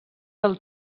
del